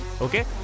Okay